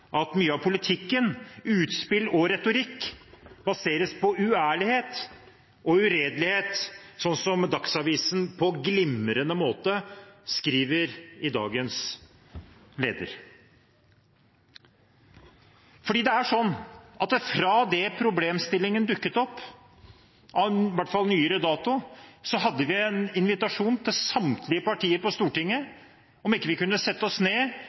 at mye av politikken, utspill og retorikk, baseres på uærlighet og uredelighet, som Dagsavisen på en glimrende måte skriver i dagens leder. Da problemstillingen dukket opp, iallfall i senere tid, sendte vi en invitasjon til samtlige partier på Stortinget: Kunne vi ikke sette oss ned